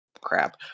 crap